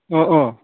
अ अ